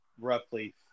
roughly